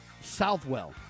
Southwell